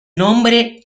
nombre